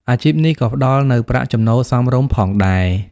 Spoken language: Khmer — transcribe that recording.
អាជីពនេះក៏ផ្ដល់នូវប្រាក់ចំណូលសមរម្យផងដែរ។